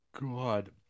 God